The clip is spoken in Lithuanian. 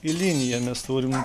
į liniją mes turim